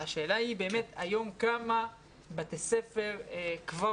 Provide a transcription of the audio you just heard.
השאלה היא באמת היום בכמה בתי ספר כבר